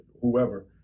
whoever